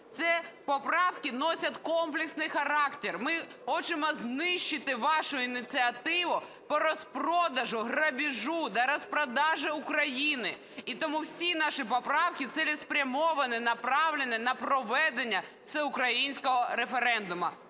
Це поправки носять комплексний характер. Ми хочемо знищити вашу ініціативу по розпродажу, грабежу, розпродажу України. І тому всі наші поправки цілеспрямовано направлені на проведення всеукраїнського референдуму.